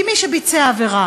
כי מי שביצע עבירה